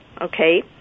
okay